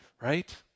right